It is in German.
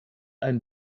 ein